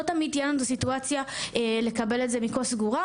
לא תמיד תהיה לנו את הסיטואציה לקבל את זה בכוס סגורה,